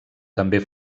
també